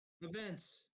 Events